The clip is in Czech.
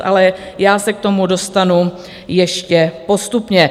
Ale já se k tomu dostanu ještě postupně.